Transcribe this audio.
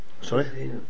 Sorry